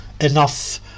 enough